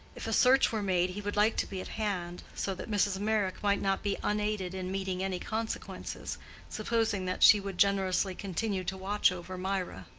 if a search were made, he would like to be at hand, so that mrs. meyrick might not be unaided in meeting any consequences supposing that she would generously continue to watch over mirah.